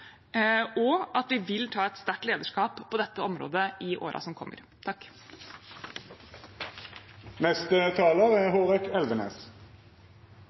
og at vi vil ta et sterkt lederskap på dette området i årene som kommer. Forsvarsbudsjettet for 2019 er